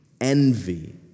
envy